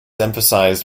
emphasized